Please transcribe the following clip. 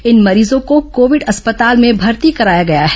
इन मरीजों को कोविड अस्पताल में भर्ती कराया गया है